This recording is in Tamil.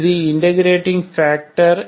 இது இன்டர்பிரேட்டிங் ஃபேக்டர்I